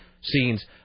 scenes